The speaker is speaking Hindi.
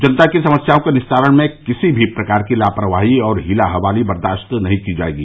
जनता की समस्यओं के निस्तारण में किसी भी प्रकार की लापरवाही और हीला हवाली बर्दाश्त नहीं की जायेगी